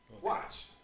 Watch